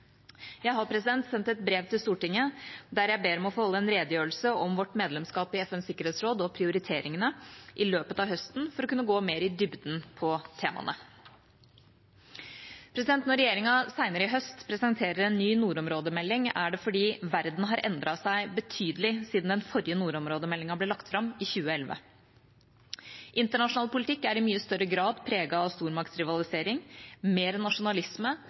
Jeg har sendt et brev til Stortinget der jeg ber om å få holde en redegjørelse om vårt medlemskap i FNs sikkerhetsråd og prioriteringene i løpet av høsten for å kunne gå mer i dybden på temaene. Når regjeringa senere i høst presenterer en ny nordområdemelding, er det fordi verden har endret seg betydelig siden den forrige nordområdemeldinga ble lagt fram, i 2011. Internasjonal politikk er i mye større grad preget av stormaktsrivalisering, mer nasjonalisme